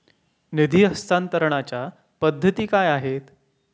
निधी हस्तांतरणाच्या पद्धती काय आहेत?